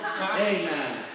Amen